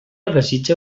desitja